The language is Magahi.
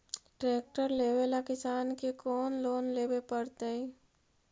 ट्रेक्टर लेवेला किसान के कौन लोन लेवे पड़तई?